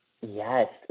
Yes